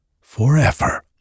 forever